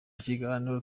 kiganiro